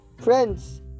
friends